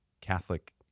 Catholic